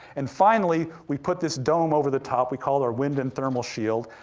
and finally, we put this dome over the top, we call it our wind and thermal shield.